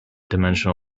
space